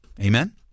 Amen